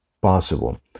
possible